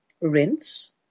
Rinse